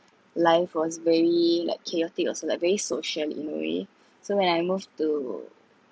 life was very like chaotic also like very social in a way so I moved to